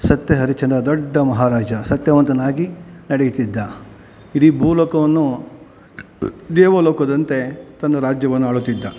ಸತ್ಯ ಹರಿಶ್ಚಂದ್ರ ದೊಡ್ಡ ಮಹಾರಾಜ ಸತ್ಯವಂತನಾಗಿ ನಡೀತಿದ್ದ ಇಡೀ ಭೂಲೋಕವನ್ನು ದೇವಲೋಕದಂತೆ ತನ್ನ ರಾಜ್ಯವನ್ನು ಆಳುತ್ತಿದ್ದ